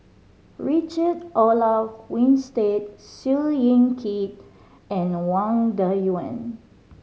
Richard Olaf Winstedt Seow Yit Kin and Wang Dayuan